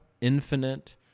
infinite